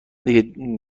دیگه